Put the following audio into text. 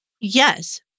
Yes